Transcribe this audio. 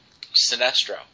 Sinestro